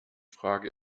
frage